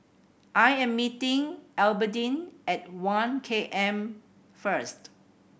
I am meeting Albertine at One K M first